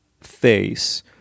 face